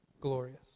glorious